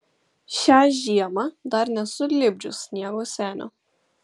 šią žiemą dar nesu lipdžius sniego senio